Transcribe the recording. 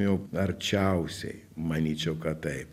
jau arčiausiai manyčiau kad taip